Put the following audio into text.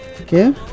Okay